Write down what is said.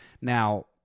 Now